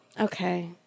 Okay